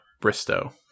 bristow